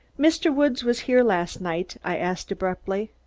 mr. woods was here last night? i asked, abruptly.